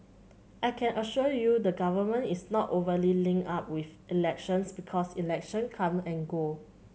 I can assure you the Government is not overly linked up with elections because election come and go